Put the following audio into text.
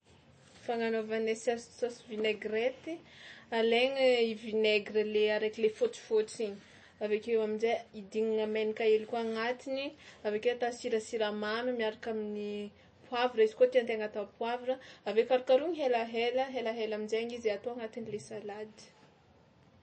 Fananaovanay sao- saosy vinaigrety, alaigna i vinaigra le arak'ilay fôtsifôtsy igny avy akeo amin-jay idinagna menaka hely koa agnatiny; avy akeo atao sira, siramamy miaraka amin'ny poavra izy koa tian-tegna atao poavra avy eo karokarohina helahela, helahela amin-jaigny izy atao agnatin'le salady.